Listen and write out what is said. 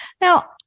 Now